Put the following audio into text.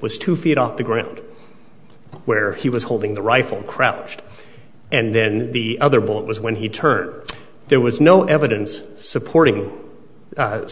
was two feet off the ground where he was holding the rifle crouched and then the other bullet was when he turned there was no evidence supporting the